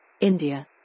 India